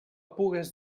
pugues